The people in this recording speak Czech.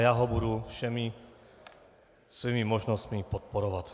Já ho budu všemi svými možnostmi podporovat.